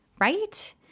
right